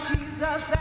Jesus